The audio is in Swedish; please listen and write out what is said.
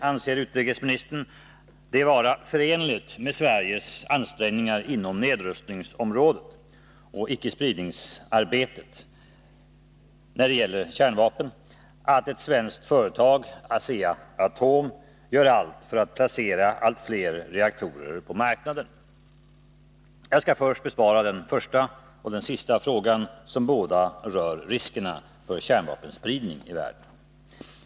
Anser utrikesministern det vara förenligt med Sveriges ansträngningar inom nedrustningsområdet och icke-spridningsarbetet när det gäller kärnvapen att ett svenskt företag — Asea-Atom — gör allt för att placera allt fler reaktorer på marknaden? Jag skall först besvara den första och den sista frågan, som båda rör riskerna för kärnvapenspridning i världen.